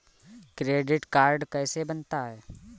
Credit card कैसे बनता है?